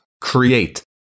create